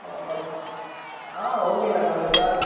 ஆ ஆ ஆ ஓகேண்ணா நாளைக்கி கால்